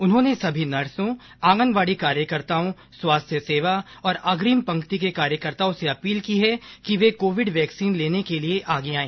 उन्होंने सभी नर्सों आंगनवाड़ी कार्यकर्ताओं स्वास्थ्य सेवा और अग्रिम पंक्ति के कार्यकर्ताओं से अपील की है कि वे कोविड वैक्सीन लेने के लिए आगे आएं